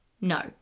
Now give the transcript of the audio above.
No